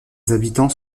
habitants